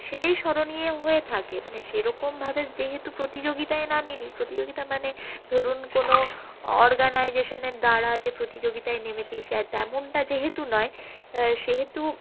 সেটাই স্মরণীয় হয়ে থাকে মানে সেরকমভাবে যেহেতু প্রতিযোগিতায় নামিনি প্রতিযোগিতা মানে ধরুন কোনো অর্গানাইজেশানের দ্বারা যে প্রতিযোগিতায় নেমেছি সে তেমনটা যেহেতু নয় সেহেতু